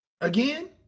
Again